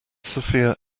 sophia